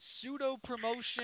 pseudo-promotion